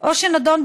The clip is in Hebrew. או שנידון,